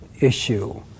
issue